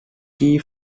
key